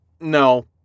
No